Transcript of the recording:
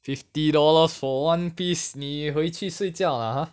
fifty dollars for one piece 你回去睡觉 lah ah